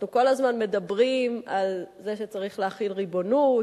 אנחנו כל הזמן מדברים על זה שצריך להחיל ריבונות,